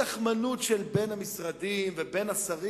בתכמנות של בין המשרדים ובין השרים.